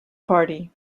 party